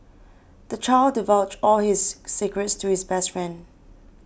the child divulged all his secrets to his best friend